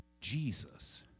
Jesus